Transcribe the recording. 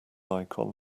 icon